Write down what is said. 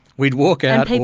we'd walk out,